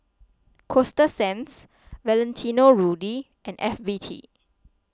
Coasta Sands Valentino Rudy and F B T